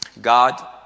God